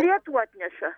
lietų atneša